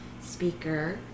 speaker